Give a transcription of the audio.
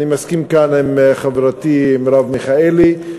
אני מסכים כאן עם חברתי מרב מיכאלי,